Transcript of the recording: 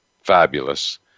fabulous